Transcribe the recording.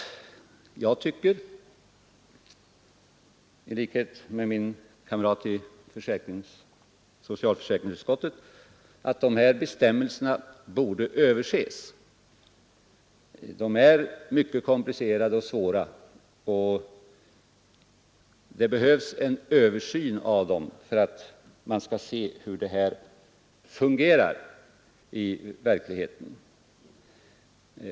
Detta gör att jag i likhet med min kamrat i socialförsäkringsutskottet tycker att bestämmelserna borde överses. De är mycket komplicerade och svåra, och det behövs en översyn av dem för att man skall kunna se hur de fungerar i verkligheten.